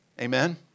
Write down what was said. Amen